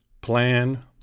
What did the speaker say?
plan